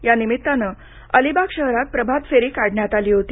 या निमित्तानं अलिबाग शहरात प्रभात फेरी काढण्यात आली होती